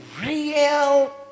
real